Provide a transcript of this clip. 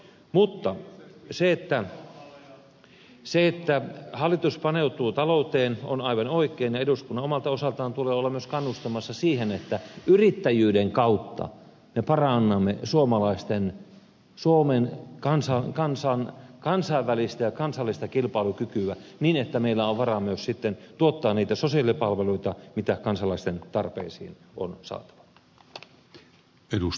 mutta se että hallitus paneutuu talouteen on aivan oikein ja eduskunnan omalta osaltaan tulee olla myös kannustamassa siihen että yrittäjyyden kautta me parannamme suomalaisten ja suomen kansainvälistä ja kansallista kilpailukykyä niin että meillä on varaa myös sitten tuottaa niitä sosiaalipalveluita mitä kansalaisten tarpeisiin on saatava